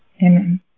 Amen